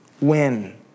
win